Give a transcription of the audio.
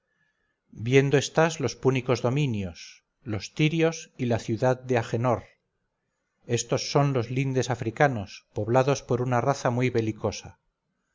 viendo estás los púnicos dominios los tirios y la ciudad de agenor estos son los lindes africanos poblados por una raza muy belicosa